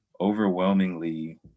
overwhelmingly